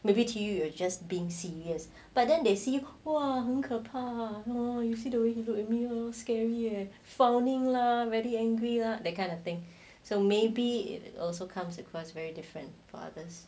maybe 体育 just being serious but then they see !wah! 很可怕 no you feel during at me scary frowning lah very angry lah that kind of thing so maybe also comes across very different to others